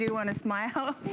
you know and smile